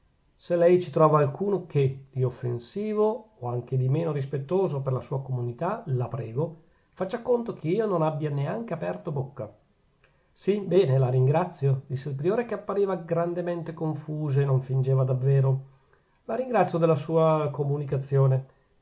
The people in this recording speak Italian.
se lei ci trova alcun che di offensivo od anche di meno rispettoso per la sua comunità la prego faccia conto che io non abbia neanche aperto bocca sì bene la ringrazio disse il priore che appariva grandemente confuso e non fingeva davvero la ringrazio della sua comunicazione